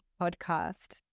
podcast